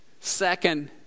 Second